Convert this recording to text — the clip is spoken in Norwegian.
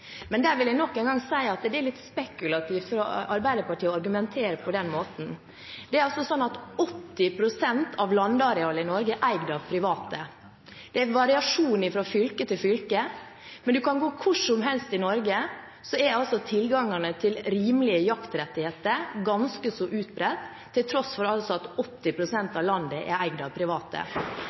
Men der vil jeg nok en gang si at det er litt spekulativt av Arbeiderpartiet å argumentere på den måten. Det er altså slik at 80 pst. av landarealet i Norge er eid av private. Det er variasjon fra fylke til fylke, men du kan gå hvor som helst i Norge og finne at tilgangen til rimelige jaktrettigheter er ganske så utbredt, til tross for at 80 pst. av landet er eid av private.